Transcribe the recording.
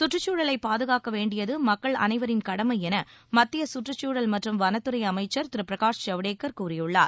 சுற்றுச்சூழலை பாதுகாக்க வேண்டியது மக்கள் அனைவரின் கடமை என மத்திய சுற்றுச்சூழல் மற்றும் வனத்துறை அமைச்சர் திரு பிரகாஷ் ஜவ்டேகர் கூறியுள்ளார்